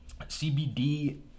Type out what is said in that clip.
CBD